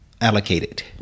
allocated